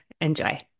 Enjoy